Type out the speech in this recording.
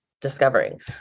discovering